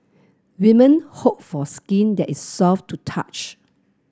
women hope for skin that is soft to touch